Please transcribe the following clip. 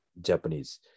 Japanese